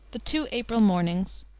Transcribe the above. the two april mornings,